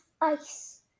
ice